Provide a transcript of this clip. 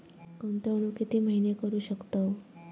गुंतवणूक किती महिने करू शकतव?